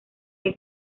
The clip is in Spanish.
que